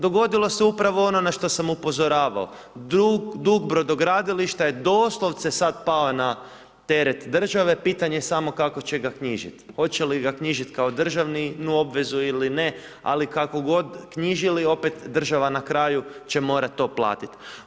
Dogodilo se upravo ono na što sam upozoravao, dug brodogradilišta je doslovce sad pao na teret države, pitanje je samo kako će ga knjižit, hoće li ga knjižit kao državnu obvezu ili ne, ali kako godi knjižili, opet država na kraju će morat to platit.